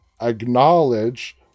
acknowledge